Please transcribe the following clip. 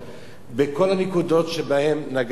בכל הנקודות שבהן נגעת אתה,